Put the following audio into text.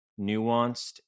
nuanced